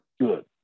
Good